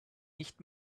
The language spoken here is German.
nicht